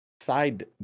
side